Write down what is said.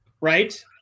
right